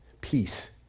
Peace